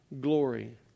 glory